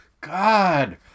God